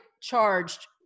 charged